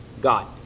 God